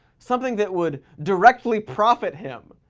something that would directly profit him.